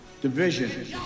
division